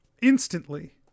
instantly